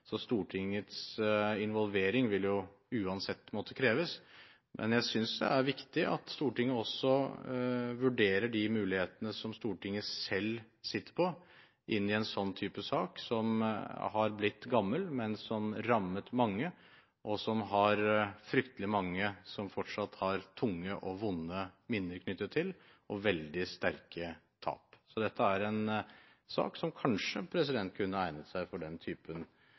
Stortingets involvering vil uansett måtte kreves. Men jeg synes det er viktig at Stortinget også vurderer de mulighetene som Stortinget selv sitter med i en slik type sak, som har blitt gammel, men som rammet mange, og som fryktelig mange fortsatt har tunge og vonde minner knyttet til og veldig sterke tap. Så dette er sak som kanskje kunne egne seg for den typen